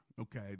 okay